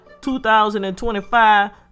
2025